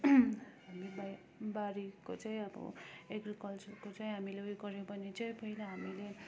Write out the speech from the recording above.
हामीलाई बारीको चाहिँ अब एग्रिकल्चरको चाहिँ हामीले उयो गर्यौँ भने चाहिँ पहिला हामीले